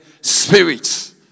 Spirit